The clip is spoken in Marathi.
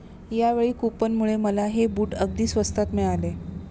यावेळी कूपनमुळे मला हे बूट अगदी स्वस्तात मिळाले